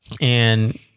and-